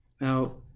Now